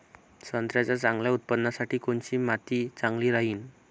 संत्र्याच्या चांगल्या उत्पन्नासाठी कोनची माती चांगली राहिनं?